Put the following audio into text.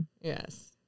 Yes